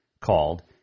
called